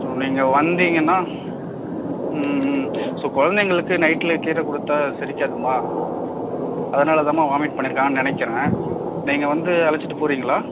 so நீங்கள் வந்தீங்கன்னா so குழந்தைங்களுக்கு நைட்டில் கீரை கொடுத்தா செரிக்காதும்மா அதனால தான்மா வாமிட் பண்ணிருக்காங்கன்னு நினைக்கிறேன் நீங்கள் வந்து அழைச்சிட்டு போகறீங்களா